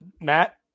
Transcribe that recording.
Matt